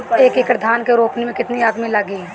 एक एकड़ धान के रोपनी मै कितनी आदमी लगीह?